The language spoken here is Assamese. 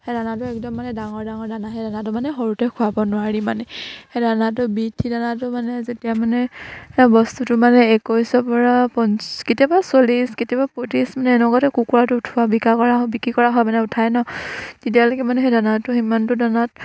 সেই দানাটো একদম মানে ডাঙৰ ডাঙৰ দানা সেই দানাটো মানে সৰুতে খোৱাব নোৱাৰি মানে সেই দানাটো বি থ্ৰী দানাটো মানে যেতিয়া মানে বস্তুটো মানে একৈছৰ পৰা পঞ্চ কেতিয়াবা চল্লিছ কেতিয়াবা পইত্ৰিছ মানে এনেকুৱাতে কুকুৰাটো উঠোৱা বিকি কৰা হয় বিক্ৰী কৰা হয় মানে উঠাই ন তেতিয়ালৈকে মানে সেই দানাটো সিমানটো দানাত